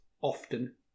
often